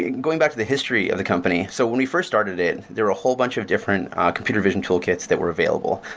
going back to the history of the company, so when we first started it there were a whole bunch of different computer vision toolkits that were available,